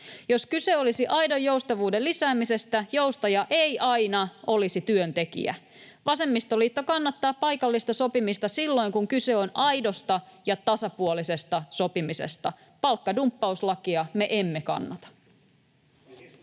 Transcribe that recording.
Jos kyse olisi aidon joustavuuden lisäämisestä, joustaja ei aina olisi työntekijä. Vasemmistoliitto kannattaa paikallista sopimista silloin, kun kyse on aidosta ja tasapuolisesta sopimisesta. Palkkadumppauslakia me emme kannata.